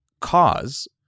cause